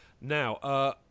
Now